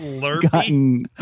gotten